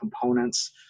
components